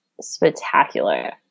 spectacular